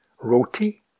roti